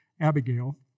Abigail